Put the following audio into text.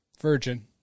virgin